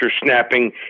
snapping